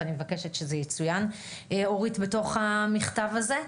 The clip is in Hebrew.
ואני מבקשת שזה יצוין בתוך המכתב הזה,